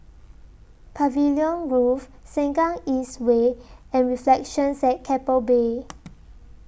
Pavilion Grove Sengkang East Way and Reflections At Keppel Bay